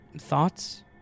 Thoughts